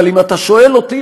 אבל אם אתה שואל אותי,